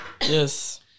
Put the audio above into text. Yes